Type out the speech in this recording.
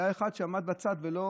והיה אחד שעמד בצד ולא